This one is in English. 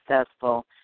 successful